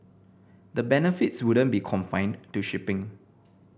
the benefits wouldn't be confined to shipping